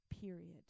Period